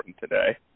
today